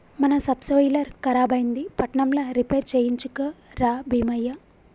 మన సబ్సోయిలర్ ఖరాబైంది పట్నంల రిపేర్ చేయించుక రా బీమయ్య